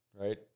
right